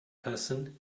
person